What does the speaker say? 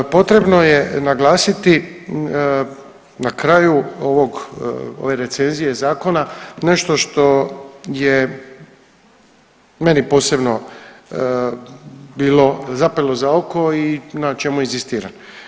Potrebno je naglasiti na kraju ovog, ove recenzije zakona nešto što je meni posebno bilo zapelo za oko i na čemu inzistiram.